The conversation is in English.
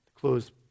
Close